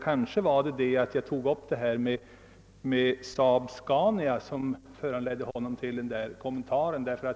Kanske var det det att jag tog upp SAAB-Scania som föranledde hans kommentar.